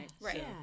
Right